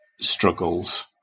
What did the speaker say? struggles